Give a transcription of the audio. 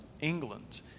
England